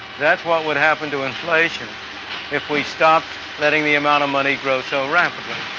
that's what would happen to inflation if we stopped letting the amount of money grow so rapidly.